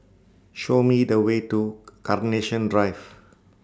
Show Me The Way to Carnation Drive